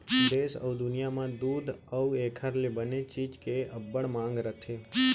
देस अउ दुनियॉं म दूद अउ एकर ले बने चीज के अब्बड़ मांग रथे